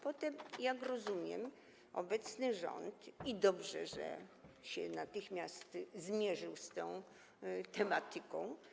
Potem, jak rozumiem, obecny rząd - i dobrze, że się natychmiast zmierzył z tą tematyką.